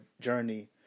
journey